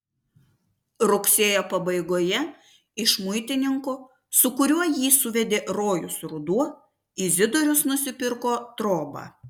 rugsėjo pabaigoje iš muitininko su kuriuo jį suvedė rojus ruduo izidorius nusipirko trobą